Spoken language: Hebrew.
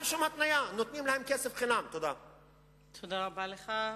תודה רבה לך.